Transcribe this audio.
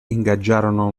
ingaggiarono